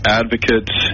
advocates